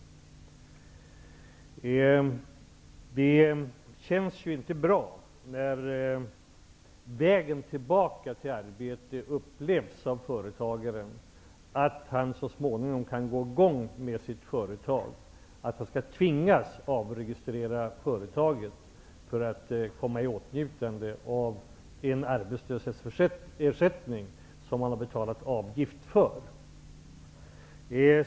Det känns inte bra när en företagare, som upplever att han så småningom kan komma i gång med sitt företag, skall tvingas avregistrera företaget för att komma i åtnjutande av den arbetslöshetsersättning som han har betalat avgift för.